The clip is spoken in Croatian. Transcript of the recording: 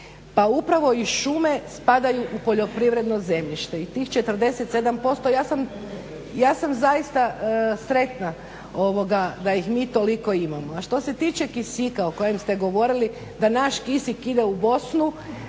pa upravo i šume spadaju u poljoprivredno zemljište i tih 47% ja sam zaista sretna da ih mi toliko imamo. A što se tiče kisika o kojem ste govorili da naš kisik ide u Bosnu